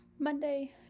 Monday